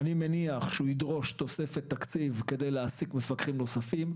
אני מניח שהוא ידרוש תוספת תקציב כדי להעסיק מפקחים נוספים.